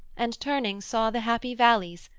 and turning saw the happy valleys,